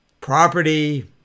property